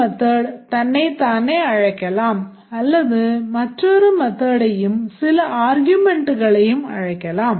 இந்த method தன்னைத்தானே அழைக்கலாம் அல்லது மற்றொரு methodடையும் சில argumentகளையும் அழைக்கலாம்